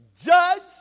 Judge